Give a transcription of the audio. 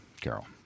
Carol